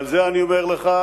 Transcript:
על זה אני אומר לך,